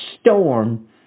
storm